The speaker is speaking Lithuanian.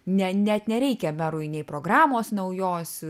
ne net nereikia merui nei programos naujos